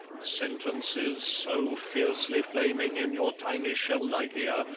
sentences so fiercely flaming in your tiny shell-like ear,